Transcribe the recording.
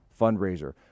fundraiser